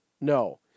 No